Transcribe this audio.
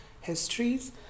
histories